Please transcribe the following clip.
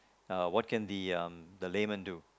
uh what can the um the layman do